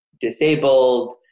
disabled